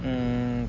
mm